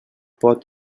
pot